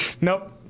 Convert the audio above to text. Nope